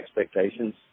expectations